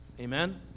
Amen